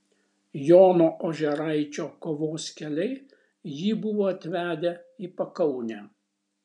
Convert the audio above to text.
jono ožeraičio kovos keliai jį buvo atvedę į pakaunę